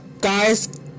guys